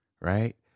right